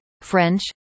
French